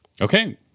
Okay